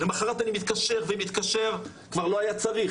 למחרת אני מתקשר ומתקשר כבר לא היה צריך,